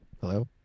Hello